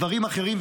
דברים אחרים.